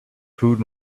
food